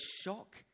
shock